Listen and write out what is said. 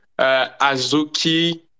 azuki